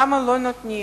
למה לא נותנים